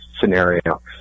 scenario